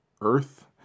earth